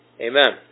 Amen